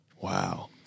Wow